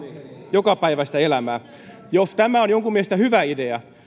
jokapäiväistä elämää jos tämä on jonkun mielestä hyvä idea